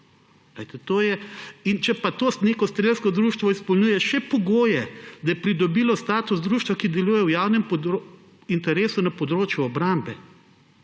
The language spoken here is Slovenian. Če pa to neko strelsko društvo izpolnjuje še pogoje, da je pridobilo status društva, ki deluje v javnem interesu na področju obrambe,